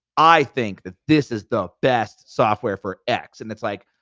i think that this is the best software for x, and it's like,